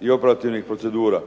i operativnih procedura